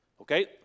Okay